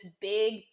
big